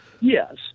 Yes